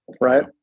right